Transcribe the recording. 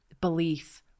belief